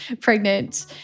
pregnant